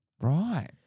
Right